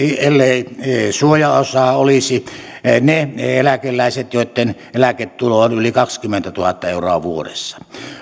ellei suojaosaa olisi ne ne eläkeläiset joitten eläketulo on yli kaksikymmentätuhatta euroa vuodessa